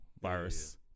virus